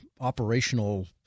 operational